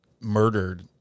murdered